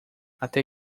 até